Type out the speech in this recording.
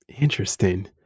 Interesting